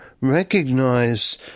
recognize